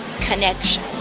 connection